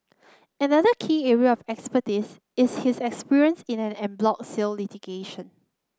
another key area of expertise is his experience in en bloc sale litigation